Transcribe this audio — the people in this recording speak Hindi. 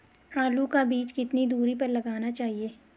आलू का बीज कितनी दूरी पर लगाना चाहिए?